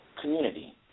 community